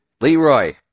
Leroy